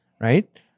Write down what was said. right